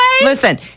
listen